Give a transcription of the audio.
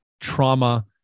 trauma